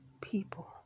people